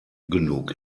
genug